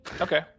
Okay